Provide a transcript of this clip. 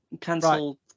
cancel